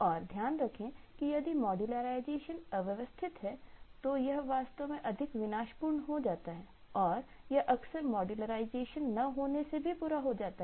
और ध्यान रखें कि यदि मॉडर्नाइजेशन अव्यवस्थित है तो यह वास्तव में अधिक विनाशपूर्ण हो जाता है और यह अक्सर मॉड्युलराइज न होने से भी बुरा हो जाता है